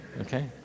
Okay